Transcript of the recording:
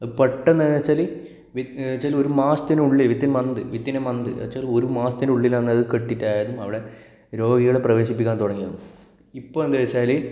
പെട്ടെന്ന് എന്ന് വെച്ചാല് എങ്ങനെയാന്ന് വെച്ചാല് ചിലര് മാസത്തിനുള്ളില് within month within a month എന്ന് വെച്ചാല് ഒരു മാസത്തിനുള്ളിലാണ് അത് കേട്ടിട്ട് ആയാലും അവിടെ രോഗികളെ പ്രവേശിപ്പിക്കാൻ തുടങ്ങിയത് ഇപ്പോൾ എന്താന്ന് വെച്ചാല്